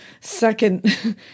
Second